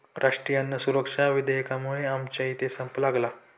राष्ट्रीय अन्न सुरक्षा विधेयकामुळे आमच्या इथे संप लागला